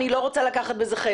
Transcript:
ולא רוצה לקחת בזה חלק.